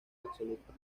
absoluta